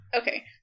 Okay